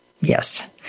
Yes